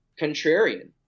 contrarian